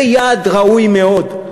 זה יעד ראוי מאוד.